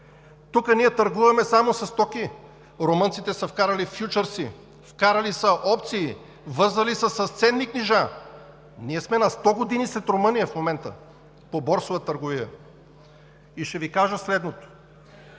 Тук ние търгуваме само със стоки. Румънците са вкарали фючърси, вкарали са опции, вързали са с ценни книжа. Ние в момента сме сто години след Румъния по борсова търговия. Ще Ви кажа следното: